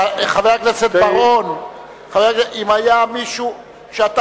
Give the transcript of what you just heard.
שתי הצעות אי-אמון הגישו סיעות